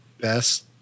best